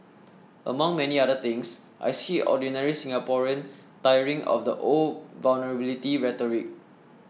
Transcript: among many other things I see ordinary Singaporean tiring of the old vulnerability rhetoric